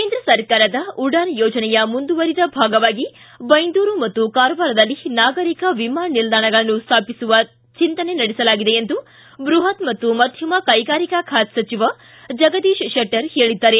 ಕೇಂದ್ರ ಸರ್ಕಾರದ ಉಡಾನ್ ಯೋಜನೆಯ ಮುಂದುವರಿದ ಭಾಗವಾಗಿ ಬೈಂದೂರು ಮತ್ತು ಕಾರವಾರದಲ್ಲಿ ನಾಗರಿಕ ವಿಮಾನ ನಿಲ್ದಾಣಗಳನ್ನು ಸ್ಥಾಪಿಸಲು ಚಿಂತನೆ ನಡೆಸಲಾಗಿದೆ ಎಂದು ಬೃಹತ್ ಮತ್ತು ಮಧ್ಯಮ ಕೈಗಾರಿಕಾ ಖಾತೆ ಸಚಿವ ಜಗದೀಶ್ ಶೆಟ್ಟರ್ ಹೇಳಿದ್ದಾರೆ